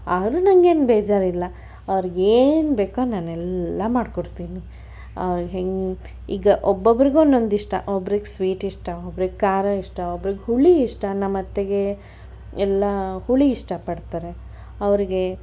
ಆದ್ರು ನಂಗೇನು ಬೇಜಾರಿಲ್ಲ ಅವ್ರಿಗೇನು ಬೇಕೋ ನಾನೆಲ್ಲ ಮಾಡ್ಕೊಡ್ತೀನಿ ಹೆಂಗೆ ಈಗ ಒಬ್ಬೊಬ್ಬರಿಗೊಂದೊಂದು ಇಷ್ಟ ಒಬ್ಬರಿಗೆ ಸ್ವೀಟ್ ಇಷ್ಟ ಒಬ್ಬರಿಗೆ ಖಾರ ಇಷ್ಟ ಒಬ್ಬರಿಗೆ ಹುಳಿ ಇಷ್ಟ ನಮ್ಮತ್ತೆಗೆ ಎಲ್ಲ ಹುಳಿ ಇಷ್ಟಪಡ್ತಾರೆ ಅವರಿಗೆ